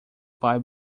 pai